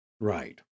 Right